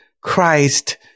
Christ